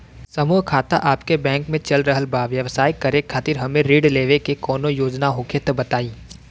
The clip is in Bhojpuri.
समूह खाता आपके बैंक मे चल रहल बा ब्यवसाय करे खातिर हमे ऋण लेवे के कौनो योजना होखे त बताई?